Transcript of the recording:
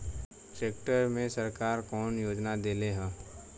Tractor मे सरकार कवन योजना देले हैं?